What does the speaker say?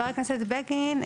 וחבר הכנסת בגין,